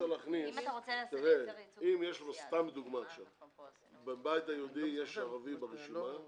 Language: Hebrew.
אם סתם לדוגמה עכשיו בבית היהודי יש ערבי ברשימה,